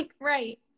Right